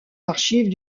archives